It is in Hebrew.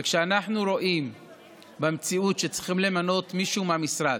וכשאנחנו רואים במציאות שצריכים למנות מישהו מהמשרד,